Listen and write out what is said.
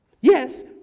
Yes